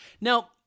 Now